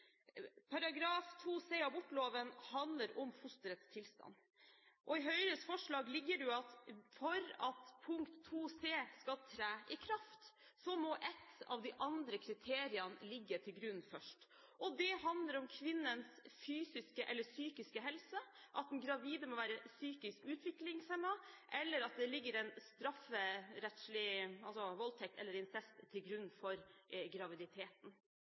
c) i abortloven handler om fosterets tilstand, og i Høyres forslag ligger det at for at § 2 c) skal tre i kraft, må ett av de andre kriteriene ligge til grunn først. Det handler om kvinnens fysiske eller psykiske helse, at den gravide må være psykisk utviklingshemmet, eller at det ligger voldtekt eller incest til grunn for graviditeten.